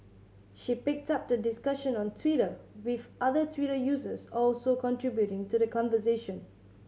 she picked up the discussion on Twitter with other Twitter users also contributing to the conversation